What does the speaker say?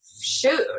shoot